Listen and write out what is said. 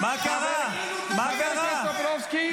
חבר הכנסת טופורובסקי.